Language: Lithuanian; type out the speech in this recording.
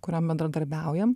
kuriom bendradarbiaujam